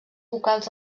vocals